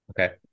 Okay